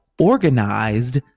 organized